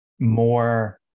More